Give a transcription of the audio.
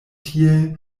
tiel